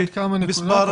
יש עוד כמה נקודות,